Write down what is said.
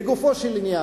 לגופו של עניין,